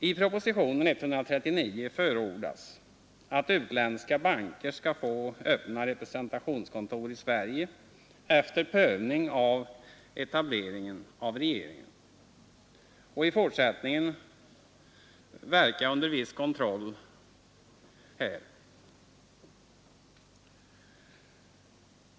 I propositionen 139 förordas att utländska banker skall få öppna representationskontor i Sverige efter prövning av etableringen genom regeringen och i fortsättningen få verka under viss kontroll av deras verksamhet.